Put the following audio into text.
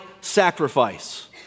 sacrifice